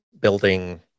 building